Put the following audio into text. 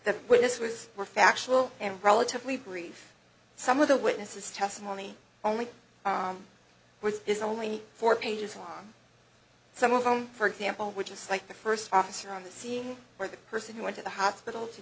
the witness was more factual and relatively brief some of the witnesses testimony only which is only four pages and some of them for example which is like the first officer on the scene where the person who went to the hospital